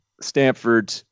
Stanford